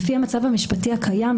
לפי המצב המשפטי הקיים,